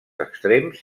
extrems